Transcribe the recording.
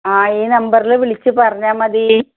ആ ഈ നമ്പറില് വിളിച്ച് പറഞ്ഞാല് മതി